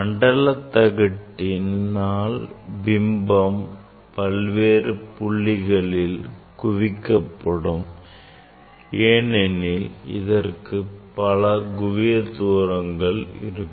மண்டல தகட்டினால் பிம்பம் பல்வேறு புள்ளிகளில் குவிக்கப்படும் ஏனெனில் அதற்கு பல குவிய தூரங்கள் இருக்கும்